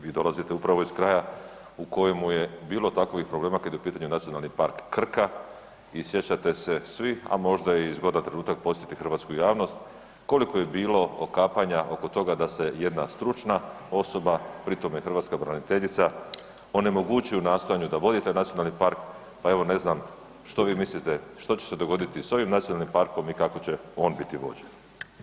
Vi dolazite upravo iz kraja u kojemu je bilo takvih problema kad je u pitanju Nacionalni park Krka i sjećate se svih, a možda je i zgodan trenutak podsjetiti hrvatsku javnost koliko je bilo okapanja oko toga da se jedna stručna osoba pri tom i hrvatska braniteljica onemogući u nastojanju da vodi taj nacionalni park, pa evo ne znam što vi mislite što će se dogoditi s ovim nacionalnim parkom i kako će on biti vođen?